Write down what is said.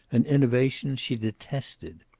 an innovation she detested.